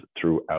throughout